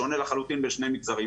שונה לחלוטין בשני מגזרים.